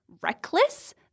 reckless